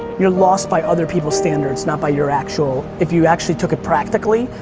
you're lost by other people standards not by your actual, if you actually took it practically,